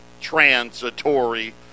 transitory